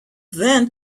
then